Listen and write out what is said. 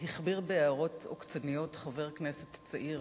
הכביר בהערות עוקצניות חבר כנסת צעיר,